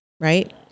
Right